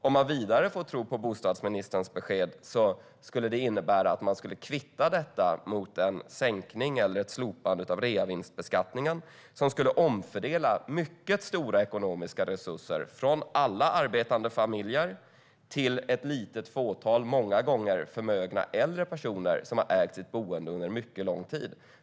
Om vi vidare får tro på bostadsministerns besked skulle det innebära att man skulle kvitta detta mot en sänkning eller ett slopande av reavinstbeskattningen, som skulle omfördela mycket stora ekonomiska resurser från alla arbetande familjer till ett litet fåtal, många gånger förmögna äldre personer, som har ägt sitt boende under en mycket lång tid.